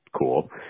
cool